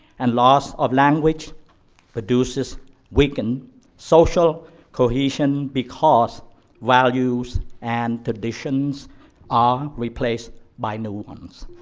and loss of language produces weakened social cohesion because values and traditions are replaced by new ones.